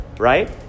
Right